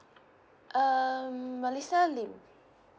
um melissa lim